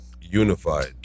unified